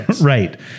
Right